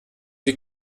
sie